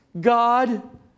God